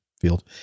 field